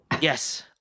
Yes